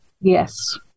Yes